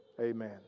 amen